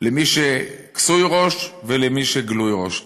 למי שכסוי ראש ולמי שגלוי ראש.